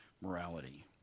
morality